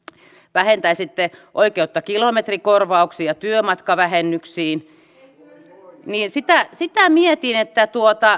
vähentäisitte oikeutta kilometrikorvauksiin ja työmatkavähennyksiin niin sitä sitä mietin